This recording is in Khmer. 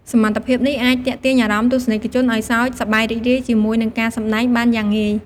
សមត្ថភាពនេះអាចទាក់ទាញអារម្មណ៍ទស្សនិកជនឱ្យសើចសប្បាយរីករាយជាមួយនឹងការសម្តែងបានយ៉ាងងាយ ។